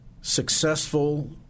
successful